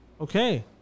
okay